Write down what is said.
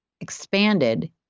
expanded